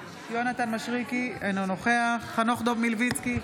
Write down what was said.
יונתן מישרקי, אינו נוכח חנוך דב מלביצקי,